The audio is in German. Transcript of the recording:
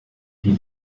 die